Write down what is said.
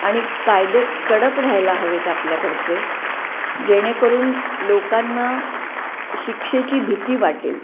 आणि कायदे कडक व्हायला हवेत आपल्याकडचे जेणेकरून लोकांना शिक्षेची भीती वाटेल